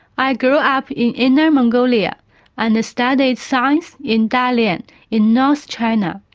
i grew up in inner mongolia and studied science in dalian in north china.